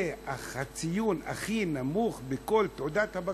זה הציון הכי נמוך בכל תעודת הבגרות.